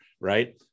right